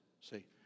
See